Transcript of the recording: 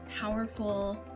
powerful